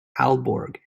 aalborg